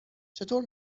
چطور